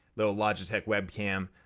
little logitech webcam.